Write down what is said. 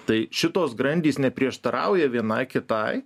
tai šitos grandys neprieštarauja viena kitai